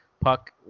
Puck